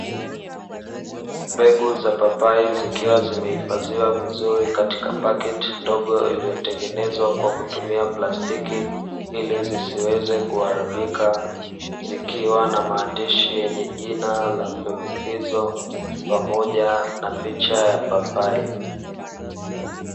Mbegu za papai zikiwa zimehifadhiwa vizuri katika paketi ndogo iliyotengenezwa kwa kutumia plastiki ili zisiweze kuharibika, zikiwa na maandishi yenye jina la mbegu hizo pamoja na picha ya papai.